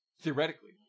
theoretically